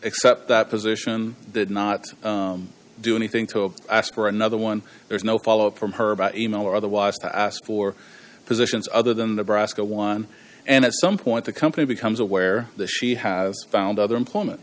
accept that position did not do anything to ask for another one there's no follow up from her by email or otherwise ask for positions other than the brassica one and at some point the company becomes aware that she has found other employment